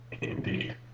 Indeed